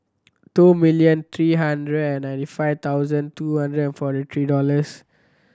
two million three hundred and ninety five thousand two hundred and forty three dollars